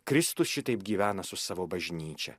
kristus šitaip gyvena su savo bažnyčia